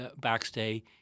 backstay